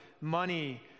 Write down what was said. money